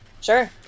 Sure